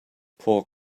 pork